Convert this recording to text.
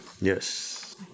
yes